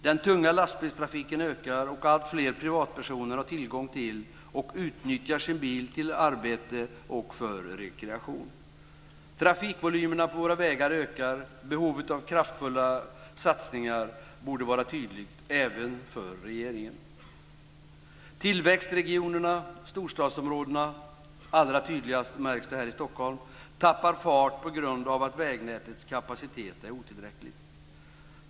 Den tunga lastbilstrafiken ökar, och alltfler privatpersoner har tillgång till bil och utnyttjar den till arbete och för rekreation. Trafikvolymerna på våra vägar ökar. Behovet av kraftfulla satsningar borde vara tydligt även för regeringen. Tillväxtregionerna och storstadsområdena tappar fart på grund av att vägnätets kapacitet är otillräcklig. Allra tydligast märks det här i Stockholm.